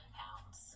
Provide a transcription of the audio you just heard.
pounds